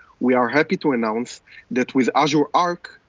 we are happy to announce that with azure arc,